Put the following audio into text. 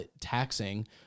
taxing